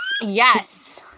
Yes